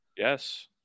Yes